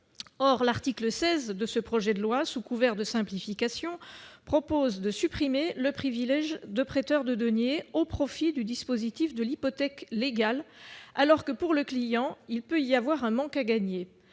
Or l'article 16 du projet de loi, sous couvert de simplification, propose de supprimer le privilège de prêteur de deniers au profit du dispositif de l'hypothèque légale, alors que, pour le client, il peut y avoir un manque à gagner.